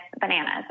bananas